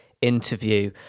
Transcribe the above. interview